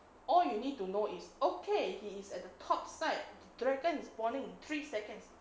all you need to know is okay he is at the top side dragon it's falling three seconds